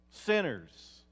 Sinners